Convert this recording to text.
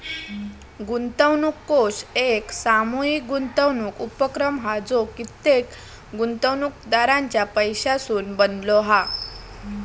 गुंतवणूक कोष एक सामूहीक गुंतवणूक उपक्रम हा जो कित्येक गुंतवणूकदारांच्या पैशासून बनलो हा